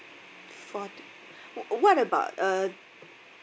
fort~ w~ what about uh